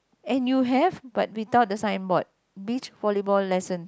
and you have but without the signboard beach volleyball lessons